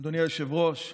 היושב-ראש,